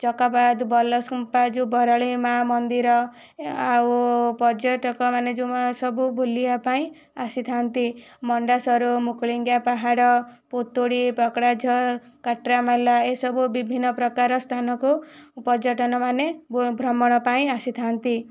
ଚକାପାଦ ଵାଲାସମ୍ବ ଯୁବରାଳୀ ମା' ମନ୍ଦିର ଆଉ ପର୍ଯ୍ୟଟକ ମାନେ ଯେଉଁମାନେ ସବୁ ବୁଲିବା ପାଇଁ ଆସିଥାନ୍ତି ମଣ୍ଡାସରୁ ମୁକୁଳିଙ୍ଗିଆ ପାହାଡ଼ ପୁତୁଡ଼ି ପକଡ଼ାଝର କାଟରାମାଲା ଏ ସବୁ ବିଭିନ୍ନ ପ୍ରକାର ସ୍ଥାନ କୁ ପର୍ଯ୍ୟଟନ ମାନେ ଭ୍ରମଣ ପାଇଁ ଆସିଥାନ୍ତି